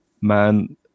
man